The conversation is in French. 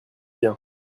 bien